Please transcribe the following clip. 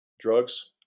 Drugs